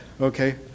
okay